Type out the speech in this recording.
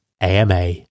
ama